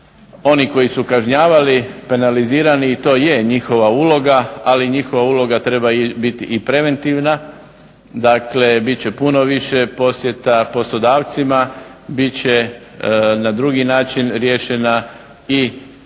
oni koji su kažnjavali, penalizirali i to je njihova uloga, ali njihova uloga treba biti i preventivna, dakle bit će puno više posjeta poslodavcima, bit će na drugi način riješena i pitanje